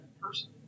person